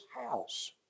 house